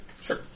Sure